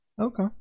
okay